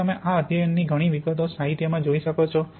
અને તમે આ અધ્યયનની ઘણી વિગતો સાહિત્યમાં જોઈ શકો છો